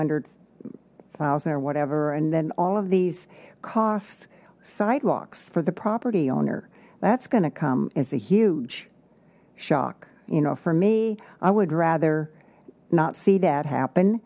hundred thousand or whatever and then all of these costs sidewalks for the property owner that's going to come as a huge shock you know for me i would rather not see that happen